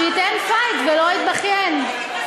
שייתן "פייט" ולא יתבכיין.